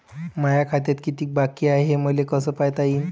माया खात्यात कितीक बाकी हाय, हे मले कस पायता येईन?